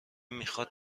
میخواد